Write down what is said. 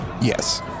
Yes